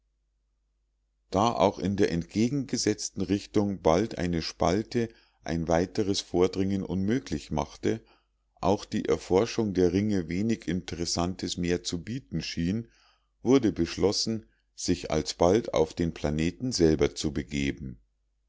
da auch in der entgegengesetzten richtung bald eine spalte ein weiteres vordringen unmöglich machte auch die erforschung der ringe wenig interessantes mehr zu bieten schien wurde beschlossen sich alsbald auf den planeten selber zu begeben